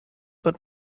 but